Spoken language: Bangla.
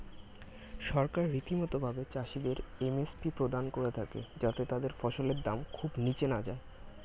সরকার রীতিমতো ভাবে চাষিদের এম.এস.পি প্রদান করে থাকে যাতে তাদের ফসলের দাম খুব নীচে না যায়